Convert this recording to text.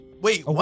Wait